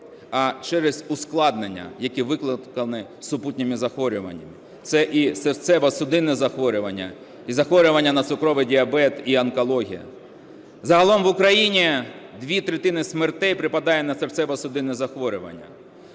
а через ускладнення, які викликані супутніми захворюваннями. Це і серцево-судинні захворювання, і захворювання на цукровий діабет, і онкологія. Загалом в Україні дві третини смертей припадає на серцево-судинні захворювання.